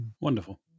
Wonderful